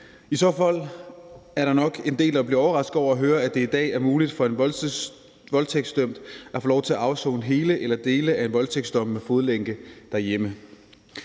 I så fald er der nok en del, der vil blive overrasket over at høre, at det i dag er muligt for en voldtægtsdømt at få lov til at afsone hele eller dele af en voldtægtsdom med fodlænke derhjemme.